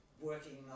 working